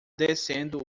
descendo